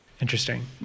Interesting